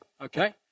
Okay